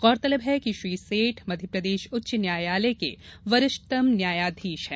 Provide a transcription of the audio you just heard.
गौरतलब है कि श्री सेठ मध्यप्रदेश उच्च न्यायालय के वरिष्ठतम न्यायाधीश है